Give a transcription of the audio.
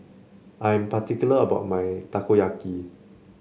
I am particular about my Takoyaki